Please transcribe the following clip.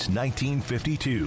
1952